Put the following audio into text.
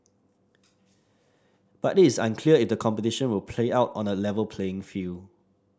but it is unclear if the competition will play out on A Level playing field